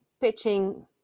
pitching